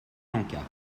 lanka